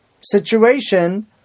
situation